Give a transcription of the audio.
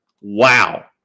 Wow